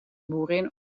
boerin